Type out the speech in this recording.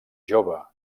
jove